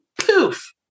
Poof